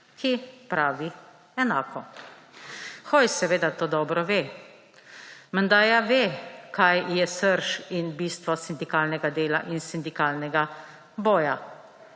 ki pravi enako. Hojs seveda to dobro ve. Menda ja ve, kaj je srž in bistvo sindikalnega dela in sindikalnega boja.